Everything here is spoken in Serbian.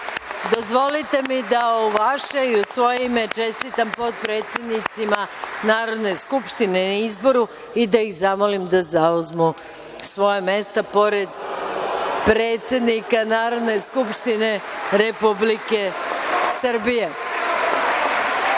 Srbije. Dozvolite mi da, u vaše i u svoje ime, čestitam potpredsednicima Narodne skupštine na izboru i da ih zamolim da zauzmu svoja mesta pored predsednika Narodne skupštine Republike